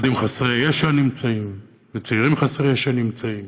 שילדים חסרי ישע וצעירים חסרי ישע נמצאים.